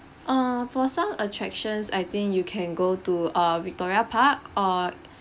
err for some attractions I think you can go to uh victoria park uh